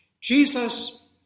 Jesus